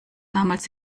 damals